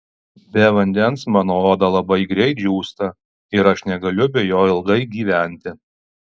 be vandens mano oda labai greit džiūsta ir aš negaliu be jo ilgai gyventi